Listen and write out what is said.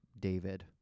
David